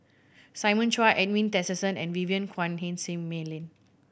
Simon Chua Edwin Tessensohn and Vivien Quahe Seah Mei Lin